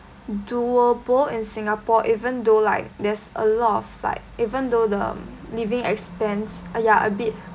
doable in singapore even though like there's a lot of like even though the mm living expense ah ya a bit